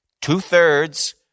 two-thirds